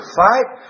fight